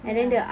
ya